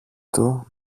του